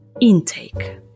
intake